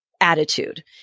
attitude